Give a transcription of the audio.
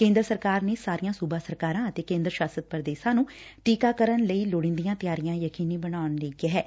ਕੇਂਦਰ ਸਰਕਾਰ ਨੇ ਸਾਰੀਆਂ ਸੁਬਾ ਸਰਕਾਰਾਂ ਅਤੇ ਕੇਂਦਰ ਸਾਸ਼ਿਤ ਪ੍ਰਦੇਸਾਂ ਨੂੰ ਟੀਕਾਕਰਨ ਲਈ ਲੋੜੀਂਦੀਆਂ ਤਿਆਰੀਆਂ ਯਕੀਨੀ ਬਣਾਉਣ ਲਈ ਕਿਹੈ